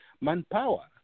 manpower